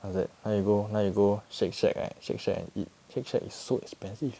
what is that now you go now you go shake shack right shake shack and eat shake shack is so expensive